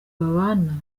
babana